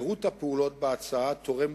פירוט הפעולות בהצעה תורם